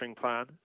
plan